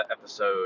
episode